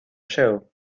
show